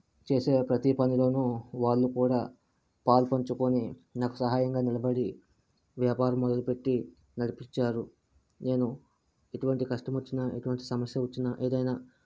చేసిన ప్రతి పనిలోనూ వాళ్ళు కూడా పాలుపంచుకొని నాకు సహాయంగా నిలబడి వ్యాపారాన్ని మొదలుపెట్టి నడిపించారు నేను ఎటువంటి కష్టమొచ్చిన ఎటువంటి సమస్య వచ్చినా ఏదైనా